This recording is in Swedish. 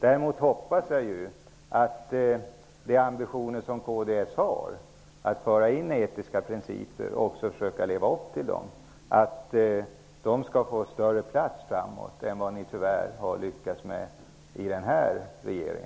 Däremot hoppas jag att de ambitioner kds har att föra in etiska principer -- och att leva upp till dem -- skall få större plats i framtiden än vad ni tyvärr har lyckats med i denna regering.